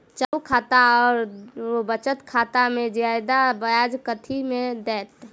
चालू खाता आओर बचत खातामे जियादा ब्याज कथी मे दैत?